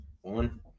one